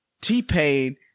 T-Pain